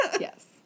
Yes